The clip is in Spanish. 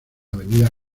avenida